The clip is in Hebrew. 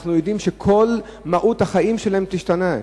אנחנו יודעים שכל מהות החיים שלהם תשתנה.